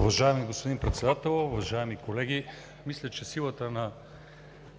Уважаеми господин Председател, уважаеми колеги! Мисля, че със силата на